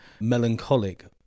melancholic